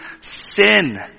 sin